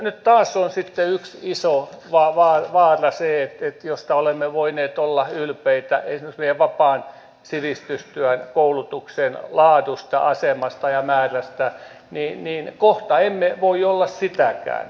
nyt taas on sitten yksi iso vaara se että kun olemme voineet olla ylpeitä esimerkiksi meidän vapaan sivistystyön koulutuksen laadusta asemasta ja määrästä niin kohta emme voi olla siitäkään